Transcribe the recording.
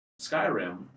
Skyrim